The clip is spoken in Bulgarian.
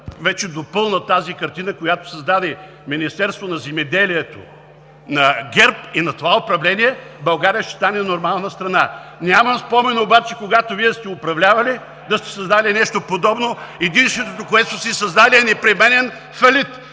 вече допълнят тази картина, която създаде Министерството на земеделието, на ГЕРБ и на това управление, България ще стане нормална страна. Нямам спомен обаче, когато Вие сте управлявали, да сте създали нещо подобно. Единственото, което сте създали е непременен фалит.